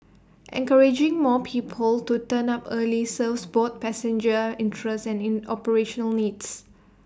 encouraging more people to turn up early serves both passenger interests and operational needs